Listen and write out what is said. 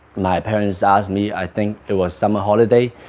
my parents asked me, i think it was summer holiday,